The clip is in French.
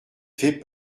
fait